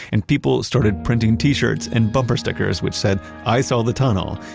and people started printing t-shirts and bumper stickers which said, i saw the tunnel,